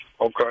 Okay